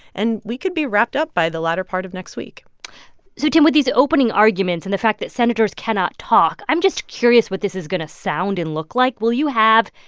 and we could be wrapped up by the latter part of next week so, tim, with these opening arguments and the fact that senators cannot talk, i'm just curious what this is going to sound and look like. will you have,